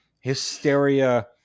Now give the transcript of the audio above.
hysteria